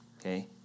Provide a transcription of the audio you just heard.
okay